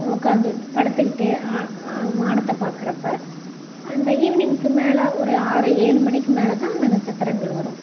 உக்காந்துட்டு படுத்துக்கிட்டு வா வானத்தை பார்க்குறப்ப அந்த ஈவினுக்கு மேலே ஒரு ஆறு ஏழு மணிக்கு மேலே தான் அந்த நட்சத்திரங்கள் வரும்